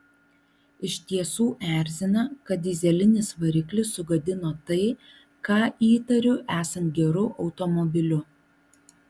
iš tiesų erzina kad dyzelinis variklis sugadino tai ką įtariu esant geru automobiliu